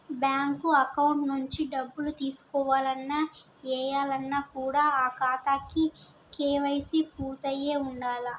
bank account నుంచి డబ్బులు తీసుకోవాలన్న, ఏయాలన్న కూడా ఆ ఖాతాకి కేవైసీ పూర్తయ్యి ఉండాలే